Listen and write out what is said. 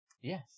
Yes